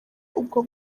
ubwo